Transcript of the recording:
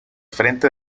frente